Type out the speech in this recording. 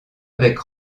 avec